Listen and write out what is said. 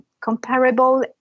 comparable